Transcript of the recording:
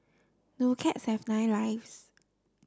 do cats have nine lives